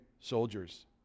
Soldiers